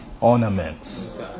ornaments